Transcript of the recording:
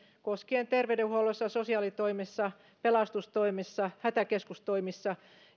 terveydenhuollossa sosiaalitoimessa pelastustoimessa hätäkeskustoimissa